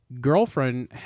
girlfriend